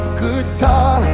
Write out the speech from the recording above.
guitar